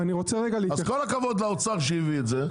כל הכבוד לאוצר שהביא את זה,